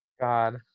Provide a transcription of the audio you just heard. God